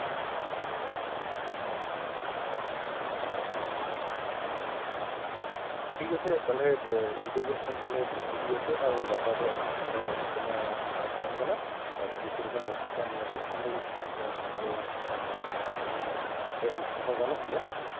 ᱚ ᱟᱪᱪᱷᱟ ᱟᱪᱪᱷᱟ ᱟᱪᱪᱷᱟ ᱴᱷᱤᱠ ᱟᱪᱷᱮ ᱛᱟᱞᱦᱮ ᱤᱱᱠᱟᱹ ᱜᱮ ᱦᱟᱸᱜ ᱠᱷᱟᱱ ᱛᱟᱞᱦᱮ ᱤᱫᱤᱭᱮᱯᱮ ᱟᱨ ᱜᱟᱯᱟ ᱫᱚ ᱦᱟᱸᱜ ᱠᱷᱟᱱ ᱪᱮᱫᱞᱮᱠᱟ ᱛᱟᱦᱮᱱ ᱠᱟᱱᱟᱭ ᱵᱟᱭ ᱛᱟᱦᱮᱱ ᱠᱟᱱᱟ ᱟᱨ ᱡᱩᱫᱤ ᱥᱮᱨᱚᱠᱚᱢ ᱚᱥᱩᱵᱤᱫᱟ ᱢᱚᱱᱮ ᱦᱩᱭᱩᱜ ᱠᱷᱟᱱ ᱫᱚ ᱤᱥᱠᱩᱞ ᱫᱚ ᱵᱟᱝᱮ ᱵᱟᱭ ᱦᱮᱡᱞᱮᱱ ᱨᱮᱦᱚᱸᱭ ᱜᱟᱱᱚᱜ ᱜᱮᱭᱟ